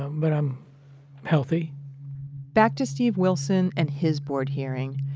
um but i'm healthy back to steve wilson and his board hearing.